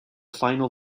final